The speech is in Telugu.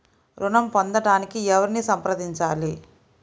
ఋణం పొందటానికి ఎవరిని సంప్రదించాలి?